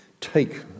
take